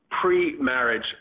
pre-marriage